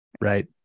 right